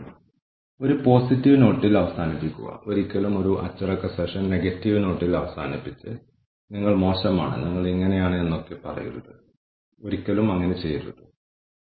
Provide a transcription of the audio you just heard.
കൂടാതെ നമ്മൾ സ്വീകരിക്കുന്ന തന്ത്രം ആത്യന്തികമായി വിവിധ കാര്യങ്ങൾക്കായി നമുക്ക് എത്ര പണം ചെലവഴിക്കാൻ കഴിയും എന്നതിനെ സ്വാധീനിക്കും